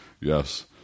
Yes